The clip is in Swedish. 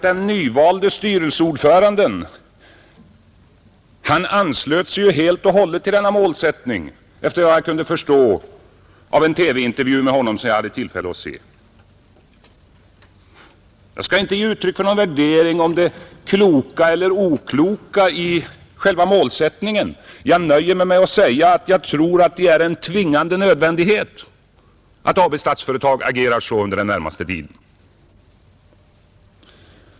Den nyvalde styrelseordföranden ansluter sig helt och hållet till denna målsättning efter vad jag kunde förstå av en TV-intervju med honom som jag hade tillfälle att se. Jag skall inte ge uttryck för någon värdering av det kloka eller okloka i själva målsättningen. Jag nöjer mig med att säga att jag tror att det är en tvingande nödvändighet att Statsföretag AB agerar så under den närmaste tiden.